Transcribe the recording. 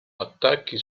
attacchi